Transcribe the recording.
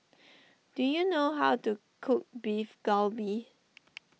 do you know how to cook Beef Galbi